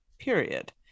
period